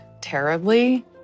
terribly